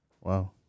Wow